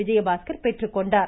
விஜயபாஸ்கர் பெற்றுக்கொண்டார்